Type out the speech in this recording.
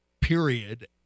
period